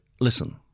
listen